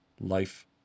Life